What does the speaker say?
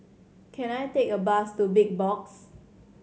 can I take a bus to Big Box